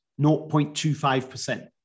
0.25%